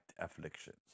afflictions